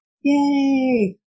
Yay